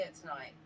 tonight